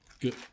Good